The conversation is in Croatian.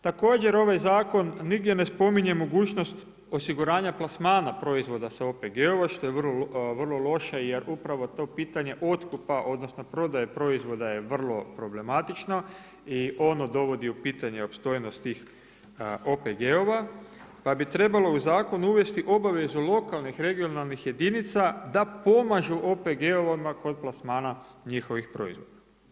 Također ovaj zakon nigdje ne spominje mogućnost osiguranja plasmana proizvoda sa OPG-ova što je vrlo loše, jer upravo to pitanje otkupa, odnosno prodaje proizvoda je vrlo problematično i ono dovodi u pitanje opstojnost tih OPG-ova, pa bi trebalo u zakon uvesti obavezu lokalnih, regionalnih jedinica da pomažu OPG-ovima kod plasmana njihovih proizvoda.